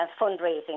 fundraising